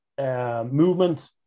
movement